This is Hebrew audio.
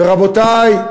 ורבותי,